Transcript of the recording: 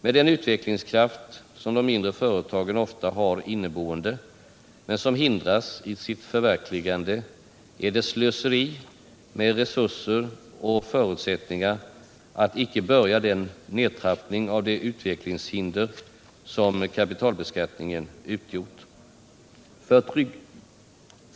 Med den utvecklingskraft som de mindre företagen ofta har inneboende men som de hindras att förverkliga är det slöseri med resurser och förutsättningar att icke börja en nedtrappning av det utvecklingshinder som kapitalbeskattningen utgjort.